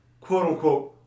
quote-unquote